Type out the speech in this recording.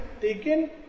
taken